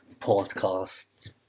podcast